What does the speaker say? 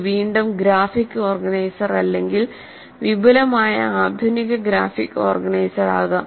ഇത് വീണ്ടും graphic organiser അല്ലെങ്കിൽ വിപുലമായ ആധുനിക ഗ്രാഫിക് ഓർഗനൈസർ ആകാം